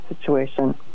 situation